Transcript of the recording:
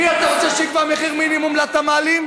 מי אתה רוצה שיקבע מחיר מינימום לתמ"לים?